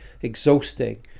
exhausting